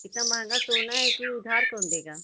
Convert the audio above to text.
इतना महँगा सोना है कि उधार कौन देगा